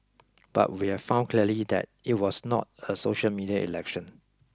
but we've found clearly that it was not a social media election